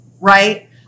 right